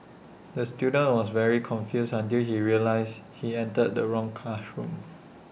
the student was very confused until he realised he entered the wrong classroom